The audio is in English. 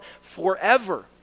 forever